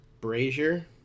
Brazier